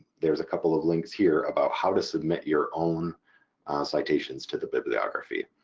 there's a couple of links here about how to submit your own citations to the bibliography.